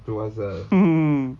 tu pasal